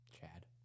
Chad